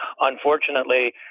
Unfortunately